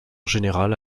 général